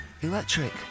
electric